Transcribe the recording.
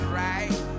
right